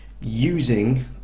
using